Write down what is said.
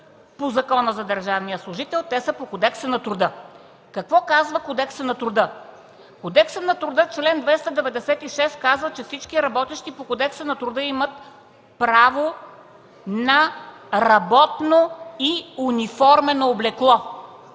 по Закона за държавния служител, а са по Кодекса на труда. Какво са казва в Кодекса на труда? Член 296 казва, че всички работещи по Кодекса на труда имат право на работно и униформено облекло.